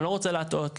אני לא רוצה להטעות,